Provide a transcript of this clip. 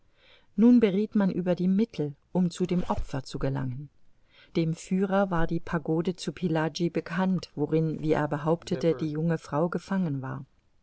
nun berieth man über die mittel um zu dem opfer zu gelangen dem führer war die pagode zu pillaji bekannt worin wie er behauptete die junge frau gefangen war